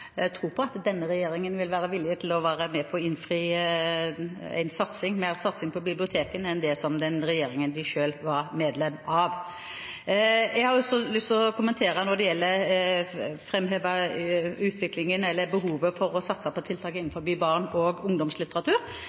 på at denne regjeringen vil være villig til å være med på – og innfri – mer satsing på bibliotekene enn den regjeringen de selv var medlem av. Jeg har også lyst til å framheve behovet for å satse på tiltak innenfor barne- og ungdomslitteratur. Det er svært viktig – og det er viktig med alle formålene der. Når det gjelder e-bøker og